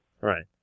Right